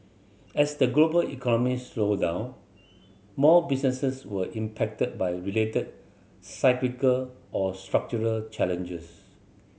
as the global economy slow down more businesses were impacted by related cyclical or structural challenges